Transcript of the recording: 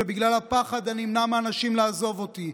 ובגלל הפחד אני אמנע מאנשים לעזוב אותי.